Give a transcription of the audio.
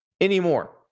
anymore